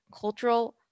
Cultural